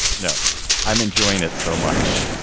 no i'm enjoying it so much.